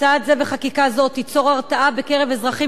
הצעת חוק שהייה שלא כדין (איסור סיוע) (תיקוני חקיקה) (תיקון,